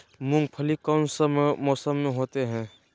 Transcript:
मूंगफली कौन सा मौसम में होते हैं?